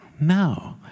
No